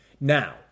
Now